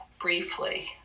briefly